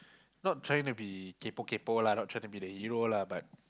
not trying to be kaypo kaypo lah not trying to be the hero lah but